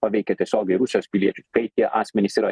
paveikia tiesiogiai rusijos piliečių kai tie asmenys yra